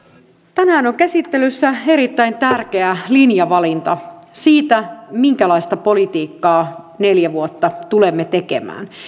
tänään on käsittelyssä erittäin tärkeä linjavalinta siitä minkälaista politiikkaa neljä vuotta tulemme tekemään